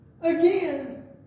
again